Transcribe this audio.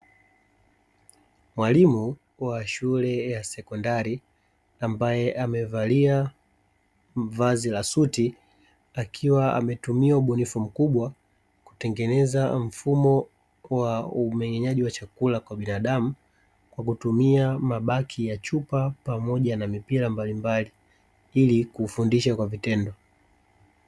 Mwalimu wa shule ya sekondari; ambaye amevalia vazi la suti, akiwa ametumia ubunifu mkubwa kutengeneza mfumo wa umeng'enyaji wa chakula kwa binadamu, kwa kutumia mabaki ya chupa pamoja na mipira mbalimbali ili kufundisha kwa vitendo.